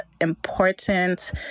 important